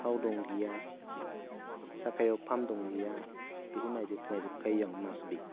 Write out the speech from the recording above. थाव दंना गैया साखायाव पाम्प दंना गैया बेखौ नायजोबखायो आं मास्ट बि